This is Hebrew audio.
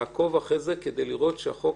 כדי לעקוב אחרי זה כדי לראות שהחוק